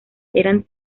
eran